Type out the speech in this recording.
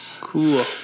Cool